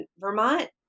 Vermont